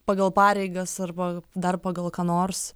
pagal pareigas arba dar pagal ką nors